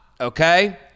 Okay